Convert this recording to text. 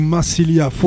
Massilia